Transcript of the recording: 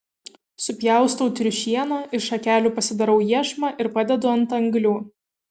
supjaustau triušieną iš šakelių pasidarau iešmą ir padedu ant anglių